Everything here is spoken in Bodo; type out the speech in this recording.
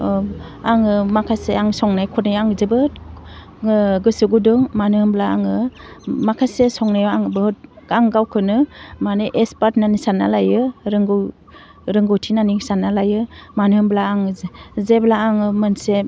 आङो माखासे आं संनाय खनायाव आं जोबोद गोसो गुदुं मानो होमब्ला आङो माखासे संनायाव आं बहुद आं गावखौनो माने एक्सपार्ट होननानै सानना लायो रोंगौ रोंगौथि होननानै सानना लायो मानो होमब्ला आङो जे जेब्ला आङो मोनसे